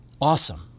awesome